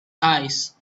eyes